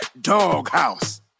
doghouse